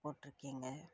போட்டிருக்கீங்க